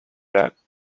that